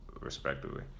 respectively